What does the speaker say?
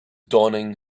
dawning